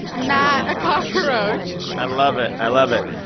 not a cockroach i love it. i love it.